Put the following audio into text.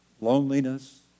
loneliness